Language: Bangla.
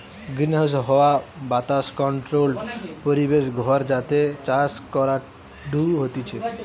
গ্রিনহাউস হাওয়া বাতাস কন্ট্রোল্ড পরিবেশ ঘর যাতে চাষ করাঢু হতিছে